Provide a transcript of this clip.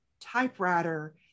typewriter